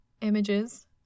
images